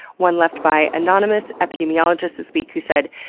one left by anonymous epidemiologist this week who said,